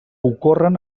ocorren